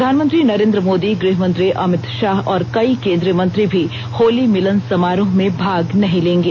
प्रधानमंत्री नरेंद्र मोदी गृहमंत्री अभित शाह और कई केंद्रीय मंत्री भी होली मिलन समारोह में भाग नहीं लेंगे